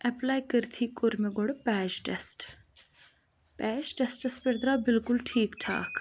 apply کٔرتھٕے کوٚر مےٚ گۄڈٕ پیچ ٹٮ۪سٹ پیچ ٹٮ۪سٹَس پٮ۪ٹھ درٛاو بِلکُل ٹھیٖک ٹھاکھ